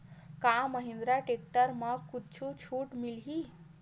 का महिंद्रा टेक्टर म कुछु छुट मिलही?